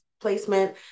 placement